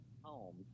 home